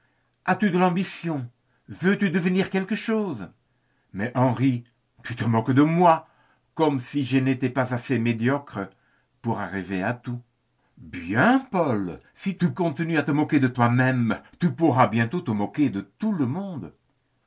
as-tu de l'ambition veux-tu devenir quelque chose mais henri tu te moques de moi comme si je n'étais pas assez médiocre pour arriver à tout bien paul si tu continues à te moquer de toi-même tu pourras bientôt te moquer de tout le monde